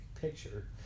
picture